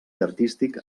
artístic